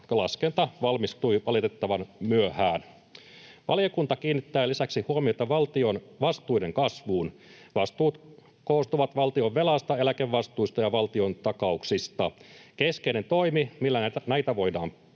Laskenta valmistui valitettavan myöhään. Valiokunta kiinnittää lisäksi huomiota valtion vastuiden kasvuun. Vastuut koostuvat valtionvelasta, eläkevastuista ja valtiontakauksista. Keskeinen toimi, millä näitä voidaan